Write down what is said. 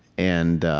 and